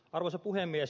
arvoisa puhemies